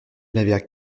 n’avais